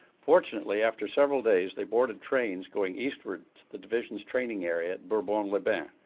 fortunately, after several days they boarded trains going eastward to the division's training area bourbonne-les-baines.